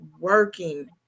working